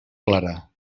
clara